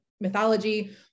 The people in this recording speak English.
mythology